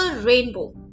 rainbow